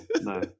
No